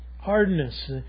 hardness